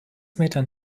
metern